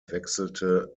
wechselte